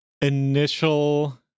initial